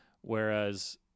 Whereas